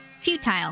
Futile